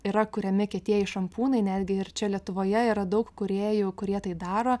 yra kuriami kietieji šampūnai netgi ir čia lietuvoje yra daug kūrėjų kurie tai daro